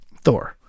Thor